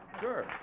Sure